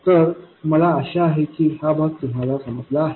तर मला आशा आहे की हा भाग तुम्हाला समजला आहे